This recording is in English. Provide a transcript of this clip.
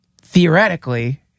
theoretically